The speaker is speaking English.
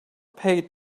paid